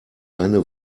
eine